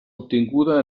obtinguda